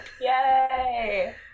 Yay